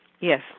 Yes